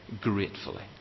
gratefully